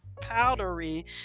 powdery